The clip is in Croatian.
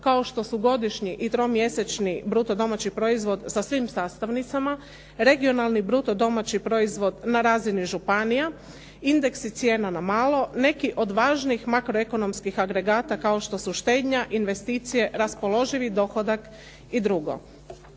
kao što su godišnji i tromjesečni bruto domaći proizvod sa svim sastavnicama, regionalni bruto domaći proizvod na razini županija, indeksi cijena na malo. Neki od važnih makro ekonomskih agregata kao što su štednja, investicije, raspoloživi dohodak i drugo.